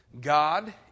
God